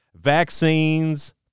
Vaccines